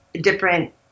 different